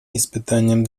испытанием